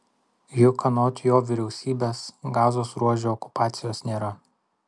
juk anot jo vyriausybės gazos ruože okupacijos nėra